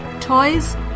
toys